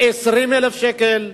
20,000 שקל,